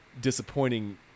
disappointing